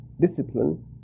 discipline